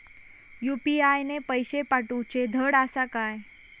UPI ने पैशे पाठवूचे धड आसा काय?